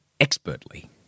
expertly